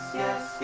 yes